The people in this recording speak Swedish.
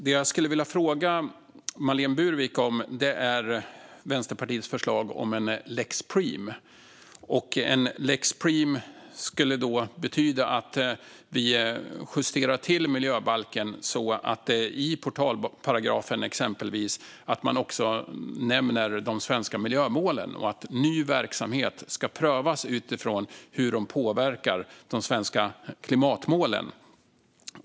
Det jag skulle vilja fråga Marlene Burwick om är Vänsterpartiets förslag om en lex Preem. En lex Preem skulle innebära att vi justerar miljöbalken så att man i exempelvis portalparagrafen nämner de svenska miljömålen och att ny verksamhet ska prövas utifrån hur den påverkar de svenska klimatmålen.